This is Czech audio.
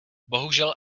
bohužel